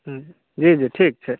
हूँ जी जी ठीक छै